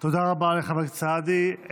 תודה רבה לחבר הכנסת סעדי.